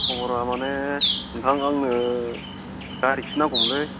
खबरा माने नोंथाङा आंनो गारिसो नांगौमोनलै